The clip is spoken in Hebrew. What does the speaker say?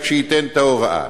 רק שייתן את ההוראה.